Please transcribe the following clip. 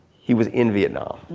he was in vietnam.